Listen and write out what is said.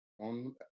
on